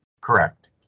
Correct